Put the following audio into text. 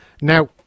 Now